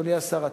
אדוני השר,